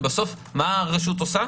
ובסוף מה הרשות עושה?